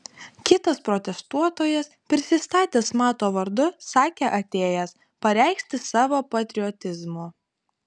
kitas protestuotojas prisistatęs mato vardu sakė atėjęs pareikšti savo patriotizmo